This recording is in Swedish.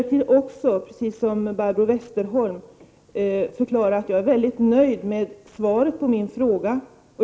Jag vill också, precis som Barbro Westerholm, förklara att jag är mycket nöjd med svaret på min fråga.